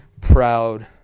proud